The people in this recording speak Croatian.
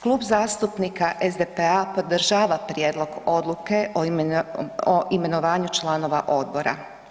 Klub zastupnika SDP-a podržava prijedlog odluke o imenovanju članova odbora.